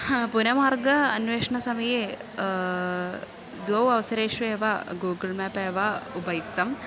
पुनमार्ग अन्वेषणसमये द्वौ अवसरेषु एव गूगुळ् मेप् एव उपयुक्तम्